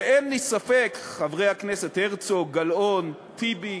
ואין לי ספק, חברי הכנסת הרצוג, גלאון, טיבי,